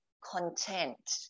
content